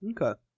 Okay